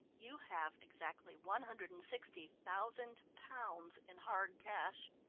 you have exactly one hundred and sixty thousand pounds in hard cash.